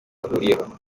bahuriyeho